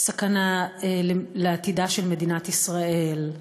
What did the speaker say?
"סכנה לעתידה של מדינת ישראל",